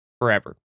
forever